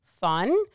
fun